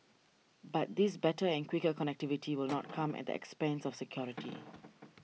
but this better and quicker connectivity will not come at the expense of security